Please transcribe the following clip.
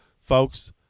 Folks